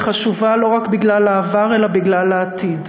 היא חשובה לא רק בגלל העבר אלא בגלל העתיד